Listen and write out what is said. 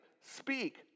Speak